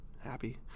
Happy